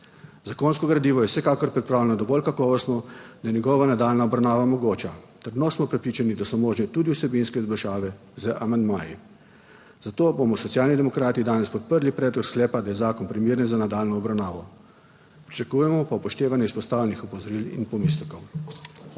Zakonsko gradivo je vsekakor pripravljeno dovolj kakovostno, da je njegova nadaljnja obravnava mogoča. Trdno smo prepričani, da so možne tudi vsebinske izboljšave z amandmaji, zato bomo Socialni demokrati danes podprli predlog sklepa, da je zakon primeren za nadaljnjo obravnavo. Pričakujemo pa upoštevanje izpostavljenih opozoril in pomislekov.